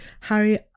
Harry